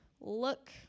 look